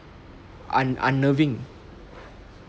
un~ unnerving